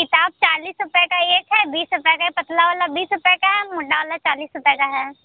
किताब चालिस रुपए का एक है बीस रुपए का ये पतला वाला बीस रुपए का है मोटा वाला चालिस रूपए का है